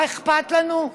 מה אכפת לנו?